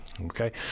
Okay